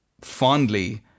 fondly